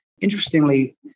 Interestingly